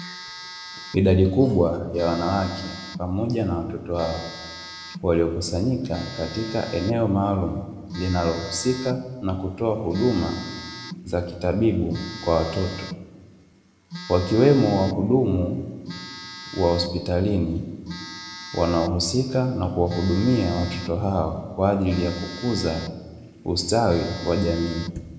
Idadi kubwa ya wanawake pamoja na watoto wao waliokusanyika katika eneo maalumu linalohusika na kutoa huduma za kitabibu kwa watoto, wakiwemo wahudumu wa hospitalini wanaohusika na kuwahudumia watoto hao kwa ajili ya kukuza ustawi wa jamii.